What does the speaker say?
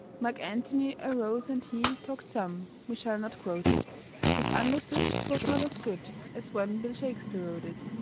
mark antony arose, and he talked some we shall not quote it we've understood twas not as good as when bill shakespeare wrote it.